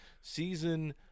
season